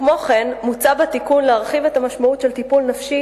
כמו כן מוצע בתיקון להרחיב את המשמעות של טיפול נפשי